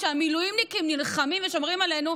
כשהמילואימניקים נלחמים ושומרים עלינו,